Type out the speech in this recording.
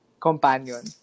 companion